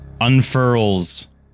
unfurls